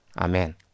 Amen